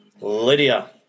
Lydia